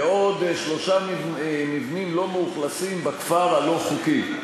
ועוד שלושה מבנים לא מאוכלסים בכפר הלא-חוקי.